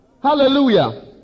hallelujah